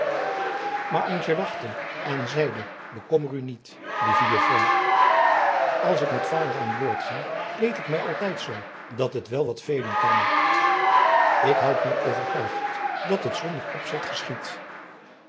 lieve juffrouw als ik met vader aan boord ga kleed ik mij altijd zoo dat het wel wat velen kan ik houd mij overtuigd dat het zonder opzet geschiedt